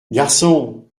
garçon